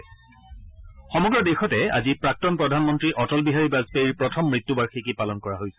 সমগ্ৰ দেশতে আজি প্ৰাক্তন প্ৰধানমন্ত্ৰী অটল বিহাৰী বাজপেয়ীৰ প্ৰথম মৃত্যু বাৰ্ষিকী পালন কৰা হৈছে